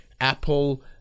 Apple